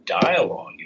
dialogue